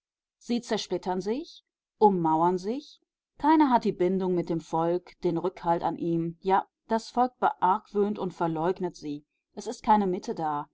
sie zersplittern sich ummauern sich keiner hat die bindung mit dem volk den rückhalt an ihm ja das volk beargwöhnt und verleugnet sie es ist keine mitte da